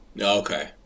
Okay